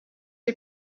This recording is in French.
les